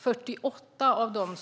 48 av